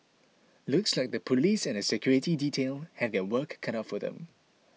looks like the Police and her security detail have their work cut out for them